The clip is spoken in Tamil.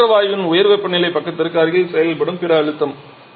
வெளியேற்ற வாயுவின் உயர் வெப்பநிலை பக்கத்திற்கு அருகில் செயல்படும் பிற அழுத்தம்